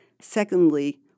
Secondly